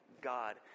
God